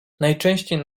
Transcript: najczęściej